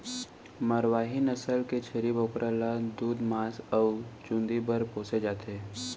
मारवारी नसल के छेरी बोकरा ल दूद, मांस अउ चूंदी बर पोसे जाथे